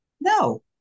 no